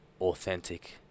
authentic